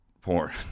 porn